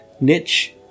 NICHE